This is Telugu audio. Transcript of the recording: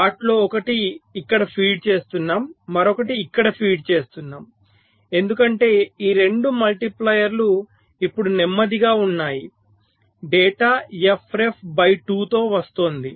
వాటిలో ఒకటి ఇక్కడ ఫీడ్ చేస్తున్నాం మరొకటి ఇక్కడ ఫీడ్ చేస్తున్నాం ఎందుకంటే ఈ 2 మల్టిప్లైయర్లు ఇప్పుడు నెమ్మదిగా ఉన్నాయి డేటా f ref బై 2 తో వస్తుంది